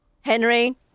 Henry